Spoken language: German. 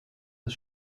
das